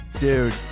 Dude